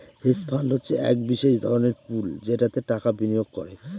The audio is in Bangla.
হেজ ফান্ড হচ্ছে এক বিশেষ ধরনের পুল যেটাতে টাকা বিনিয়োগ করে